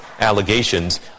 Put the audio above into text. allegations